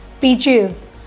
peaches